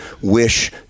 wish